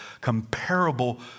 comparable